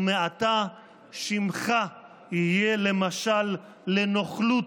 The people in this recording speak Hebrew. ומעתה שמך יהיה למשל לנוכלות,